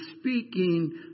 speaking